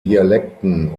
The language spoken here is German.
dialekten